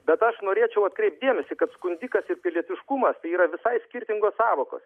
bet aš norėčiau atkreipt dėmesį kad skundikas ir pilietiškumas tai yra visai skirtingos sąvokos